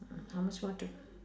how much more to go